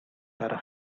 her